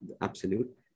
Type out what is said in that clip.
absolute